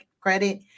credit